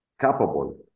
capable